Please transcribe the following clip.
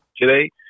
today